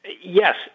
Yes